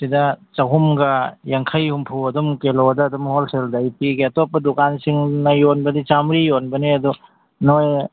ꯁꯤꯗ ꯆꯍꯨꯝꯒ ꯌꯥꯡꯈꯩ ꯍꯨꯝꯐꯨ ꯑꯗꯨꯝ ꯀꯤꯂꯣꯗ ꯑꯗꯨꯝ ꯍꯣꯜꯁꯦꯜꯗ ꯑꯩ ꯄꯤꯒꯦ ꯑꯇꯣꯞꯄ ꯗꯨꯀꯥꯟꯁꯤꯡꯅ ꯌꯣꯟꯕꯗꯤ ꯆꯥꯝꯃꯔꯤ ꯌꯣꯟꯕꯅꯦ ꯑꯗꯣ ꯅꯣꯏ